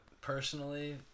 Personally